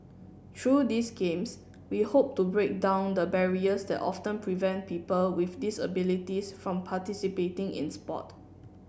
through these Games we hope to break down the barriers that often prevent people with disabilities from participating in sport